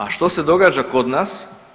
A što se događa kod nas?